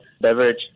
beverage